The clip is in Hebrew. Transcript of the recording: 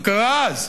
מה קרה אז?